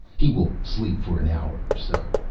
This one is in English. he will sleep for an hour or so.